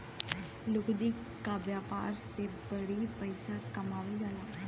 लुगदी क व्यापार से बड़ी पइसा कमावल जाला